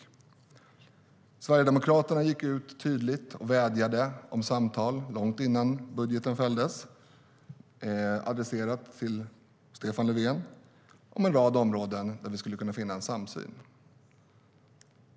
Sverigedemokraterna gick ut tydligt och vädjade om samtal - långt innan budgeten fälldes - adresserat till Stefan Löfven om en rad områden där vi skulle kunna finna en samsyn.